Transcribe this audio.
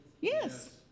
Yes